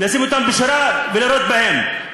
לשים אותם בשורה ולירות בהם.